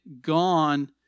Gone